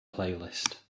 playlist